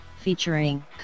featuring